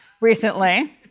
recently